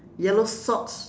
yellow socks